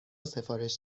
سفارش